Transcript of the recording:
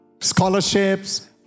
scholarships